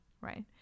right